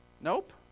Nope